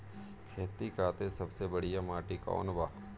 खेती खातिर सबसे बढ़िया माटी कवन ह?